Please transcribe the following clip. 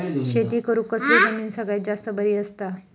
शेती करुक कसली जमीन सगळ्यात जास्त बरी असता?